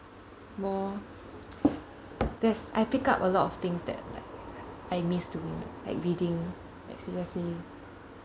more there's I pick up a lot of things that like I miss doing like reading like seriously